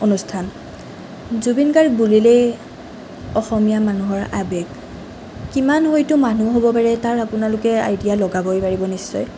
অনুষ্ঠান জুবিন গাৰ্গ বুলিলেই অসমীয়া মানুহৰ আবেগ কিমান হয়তো মানুহ হ'ব পাৰে তাৰ আপোনালোকে আইডিয়া লগাবই পাৰিব নিশ্চয়